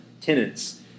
tenants